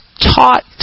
taught